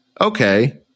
okay